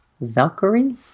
valkyrie